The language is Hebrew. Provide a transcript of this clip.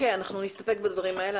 אנחנו נסתפק בדברים האלה,